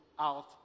out